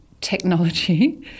technology